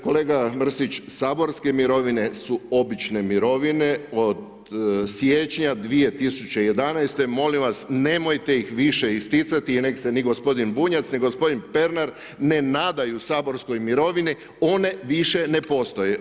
Kolega Mrsić, saborske mirovine su obične mirovine od siječnja 2011., molim vas nemojte ih više isticati i nek se ni gospodin Bunjac, ni gospodin Pernar ne nadaju saborskoj mirovine, one više ne postoje.